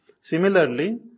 similarly